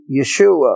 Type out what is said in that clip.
Yeshua